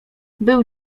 był